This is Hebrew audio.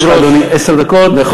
יש לך, אדוני, עשר דקות לרשותך.